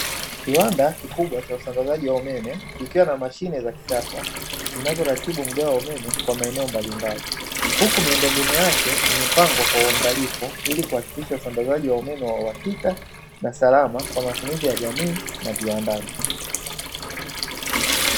Kiwanda kikubwa cha usambazaji wa umeme, kikiwa na mashine za kisasa zinazoratibu mgao wa umeme kwa maeneo mbalimbali, huku miundombinu yake imepangwa kwa uangalifu, ili kuhakikisha usambazaji wa umeme wa uhakika na salama kwa matumizi ya jamii na viwandani.